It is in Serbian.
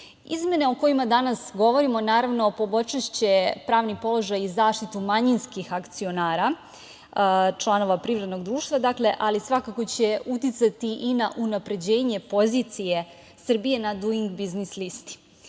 o kojima danas govorimo poboljšaće pravni položaj i zaštitu manjinskih akcionara, članova privrednog društva, ali svakako će uticati i na unapređenje pozicije Srbije na "Duing" biznis listi. Ono